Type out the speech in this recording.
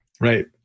Right